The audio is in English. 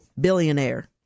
billionaire